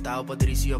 tau padarys jo